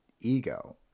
ego